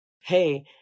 hey